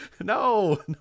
no